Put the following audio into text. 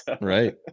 Right